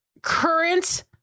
current